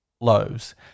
loaves